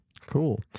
Cool